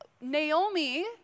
Naomi